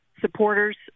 supporters